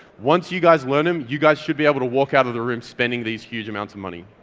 once you guys learn them you guys should be able to walk out of the room spending these huge amounts of money.